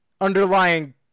underlying